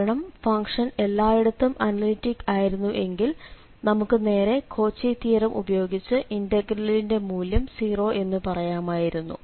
കാരണം ഫംഗ്ഷൻ എല്ലായിടത്തും അനലിറ്റിക്ക് ആയിരുന്നു എങ്കിൽ നമുക്ക് നേരെ കോച്ചി തിയറം ഉപയോഗിച്ച് ഇന്റഗ്രലിന്റെ മൂല്യം 0 എന്നു പറയാമായിരുന്നു